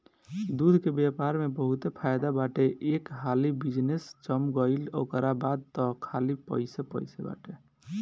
दूध के व्यापार में बहुते फायदा बाटे एक हाली बिजनेस जम गईल ओकरा बाद तअ खाली पइसे पइसे बाटे